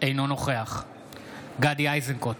אינו נוכח גדי איזנקוט,